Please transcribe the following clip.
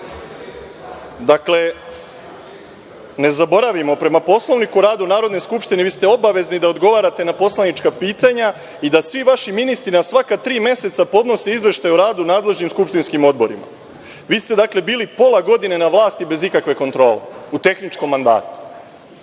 Dakle, ne zaboravimo, prema Poslovniku o radu Narodne skupštine vi ste obavezni da odgovarate na poslanička pitanja i da svi vaši ministri na svaka tri meseca podnose izveštaj o radu nadležnim skupštinskim odborima. Vi ste dakle bili pola godine na vlasti bez ikakve kontrole u tehničkom mandatu.U